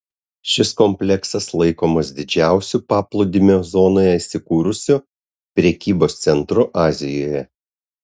šis kompleksas laikomas didžiausiu paplūdimio zonoje įsikūrusiu prekybos centru azijoje